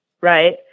right